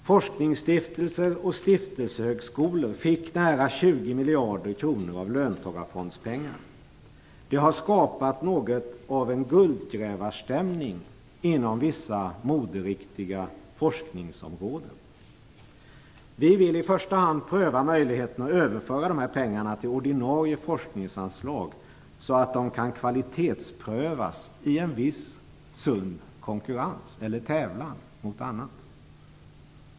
Forskningsstiftelser och stiftelsehögskolor fick nära 20 miljarder kronor av löntagarfondspengar. Det har skapat något av en guldgrävarstämning inom vissa moderiktiga forskningsområden. Vi vill i första hand pröva möjligheten att överföra dessa pengar till ordinarie forskningsanslag, så att de kan kvalitetsprövas i en viss sund konkurrens eller tävlan med annat.